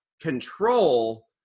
control